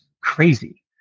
crazy